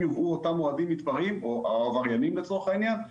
יובאו אותם אוהדים מתפרעים או עבריינים לצורך העניין,